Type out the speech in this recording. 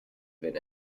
wenn